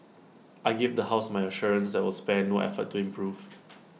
I give the house my assurance that we will spare no effort to improve